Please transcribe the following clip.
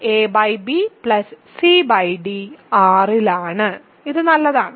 ab cd R ഇൽ ആണ് അത് നല്ലതാണ്